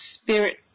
Spirit